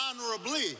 honorably